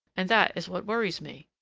and that is what worries me.